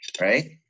right